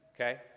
Okay